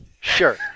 sure